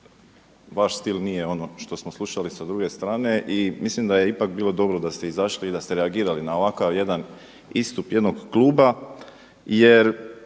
vaš stil nije ono što smo slušali sa druge strane i mislim da je ipak bilo dobro da ste izašli i da ste reagirali na ovakav jedan istup jednog kluba jer